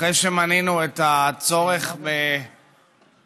אחרי שמנינו את הצורך במניעת